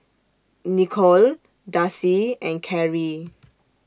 Nikole Darci and Karie